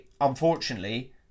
unfortunately